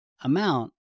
amount